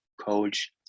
coach